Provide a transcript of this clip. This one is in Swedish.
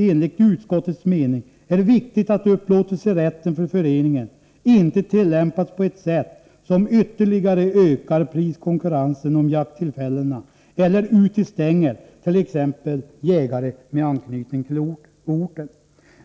enligt utskottets mening är viktigt att upplåtelserätten för föreningen inte tillämpas på ett sätt som ytterligare ökar priskonkurrensen i fråga om jakttillfällena eller utestänger t.ex. jägare med anknytning till orten.